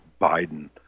Biden